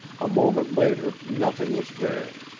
a moment later nothing was there.